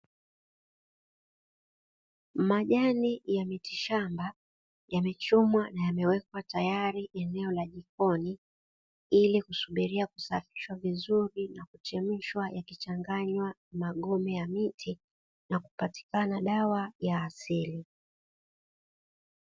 Majani ya miti shamba yamechumwa na yamewekwa tayari eneo la jikoni ili kusubiria kusakazwa vizuri na kuchemshwa, yakichanganywa na magome ya miti na kupatikana dawa ya asili.